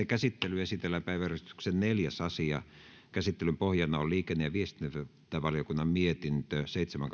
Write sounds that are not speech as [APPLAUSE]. [UNINTELLIGIBLE] käsittelyyn esitellään päiväjärjestyksen neljäs asia käsittelyn pohjana on liikenne ja viestintävaliokunnan mietintö seitsemän [UNINTELLIGIBLE]